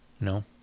No